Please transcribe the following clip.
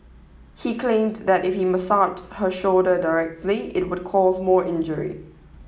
he claimed that if he massaged her shoulder directly it would cause more injury